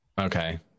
Okay